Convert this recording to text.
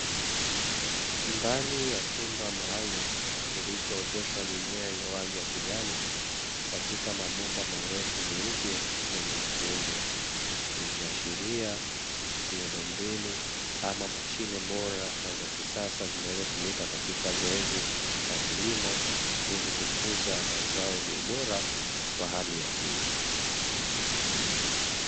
Ndani ya chumba maalumu kilichooteshwa mimea yenye rangi ya kijani katika mabomba marefu meupe yenye matundu, ikiashiria miundombinu ama mashine bora na za kisasa zinazotumika katika zoezi la kilimo ili kukuza mazao yenye ubora wa hali ya juu.